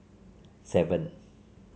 seven